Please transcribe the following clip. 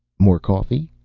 more coffee?